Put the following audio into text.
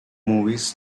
movies